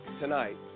tonight